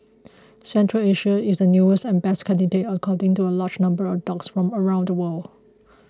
Central Asia is the newest and best candidate according to a large number of dogs from around the world